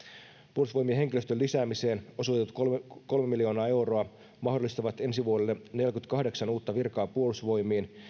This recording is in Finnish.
puolustusvoimien henkilöstön lisäämiseen osoitetut kolme kolme miljoonaa euroa mahdollistavat ensi vuodelle neljäkymmentäkahdeksan uutta virkaa puolustusvoimiin